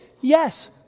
Yes